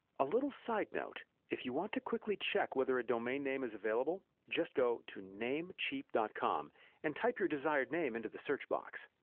a little side note if you want to quickly check whether a domain name is available, just go to namecheap dot com and type your desired name into the search box.